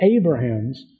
Abraham's